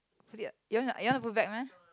put it uh you want to you want to put back meh